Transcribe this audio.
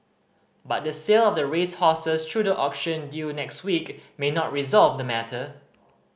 but the sale of the racehorses through the auction due next week may not resolve the matter